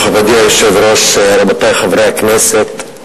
מכובדי היושב-ראש, רבותי חברי הכנסת,